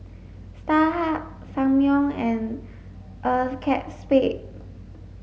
Starhub Ssangyong and ACEXSPADE